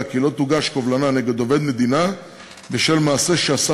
כי לא תוגש קובלנה נגד עובד מדינה בשל מעשה שעשה